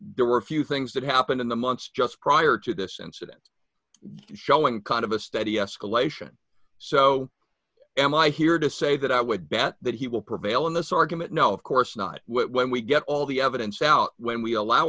there were a few things that happened in the months just prior to this incident showing kind of a steady escalation so am i here to say that i would bet that he will prevail in this argument no of course not when we get all the evidence out when we allow